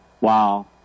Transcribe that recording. Wow